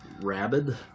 rabid